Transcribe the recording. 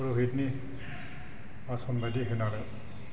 फुरुहितनि आसनबायदि होनानै